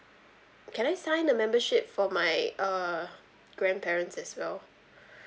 can I sign the membership for my uh grandparents as well